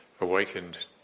awakened